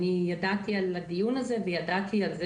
אני ידעתי על הדיון הזה וידעתי על זה